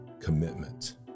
commitment